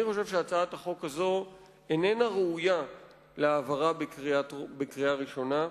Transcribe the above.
אני חושב שהצעת החוק הזאת איננה ראויה להעברה בקריאה ראשונה.